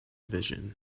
vision